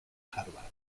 harvard